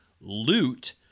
loot